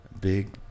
Big